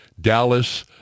Dallas